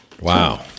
Wow